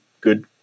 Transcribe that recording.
good